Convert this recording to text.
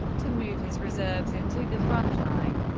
to move his reserves into the frontline.